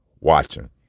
watching